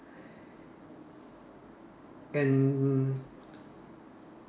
and